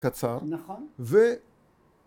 ‫קצר. ‫-נכון. ו...